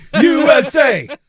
USA